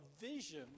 vision